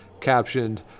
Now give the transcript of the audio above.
captioned